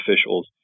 officials